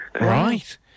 Right